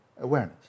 awareness